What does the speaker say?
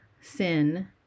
sin